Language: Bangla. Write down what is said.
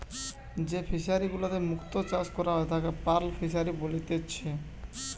যেই ফিশারি গুলাতে মুক্ত চাষ করা হয় তাকে পার্ল ফিসারী বলেতিচ্ছে